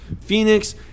phoenix